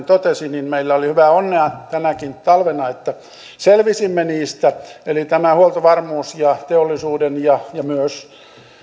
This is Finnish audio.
totesi niin meillä oli hyvää onnea tänäkin talvena että selvisimme niistä eli tämä huoltovarmuus ja teollisuuden ja myös